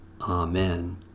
Amen